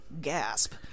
gasp